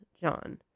John